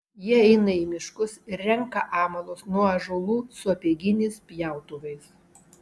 jie eina į miškus ir renka amalus nuo ąžuolų su apeiginiais pjautuvais